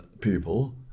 people